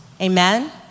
Amen